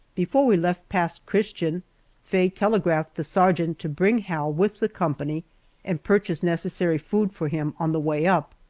before we left pass christian faye telegraphed the sergeant to bring hal with the company and purchase necessary food for him on the way up.